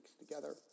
together